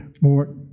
more